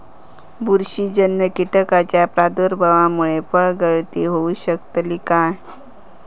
बुरशीजन्य कीटकाच्या प्रादुर्भावामूळे फळगळती होऊ शकतली काय?